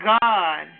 God